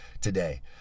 today